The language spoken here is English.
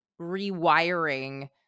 rewiring